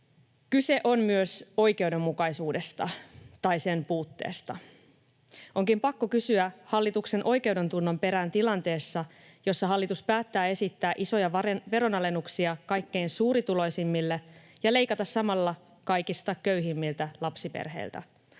Kyse on myös oikeudenmukaisuudesta tai sen puutteesta. Onkin pakko kysyä hallituksen oikeudentunnon perään tilanteessa, jossa hallitus päättää esittää isoja veronalennuksia kaikkein suurituloisimmille ja leikata samalla kaikista köyhimmiltä lapsiperheiltä.